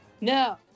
No